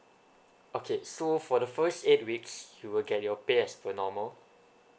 okay so for the first eight weeks you will get your pay as per normal